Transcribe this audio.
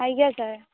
ଆଜ୍ଞା ସାର୍